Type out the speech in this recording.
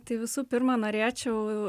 tai visų pirma norėčiau